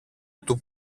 του